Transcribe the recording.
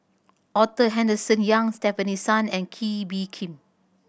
Arthur Henderson Young Stefanie Sun and Kee Bee Khim